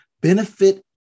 benefit